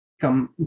come